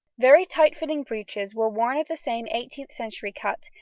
very tight-fitting breeches were worn of the same eighteenth century cut,